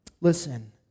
Listen